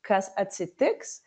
kas atsitiks